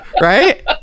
right